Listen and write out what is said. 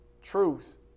Truth